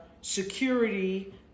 security